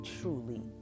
truly